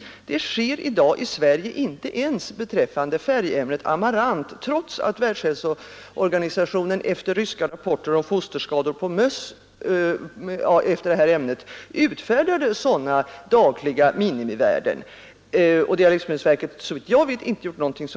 Någon sådan tillsyn sker för närvarande i Sverige inte ens beträffande färgämnet Amarant, trots att Världshälsoorganisationen efter ryska rapporter om fosterskador på möss orsakade av detta ämne utfärdade sådana dagliga minimivärden. Såvitt jag vet har livsmedelsverket inte gjort någonting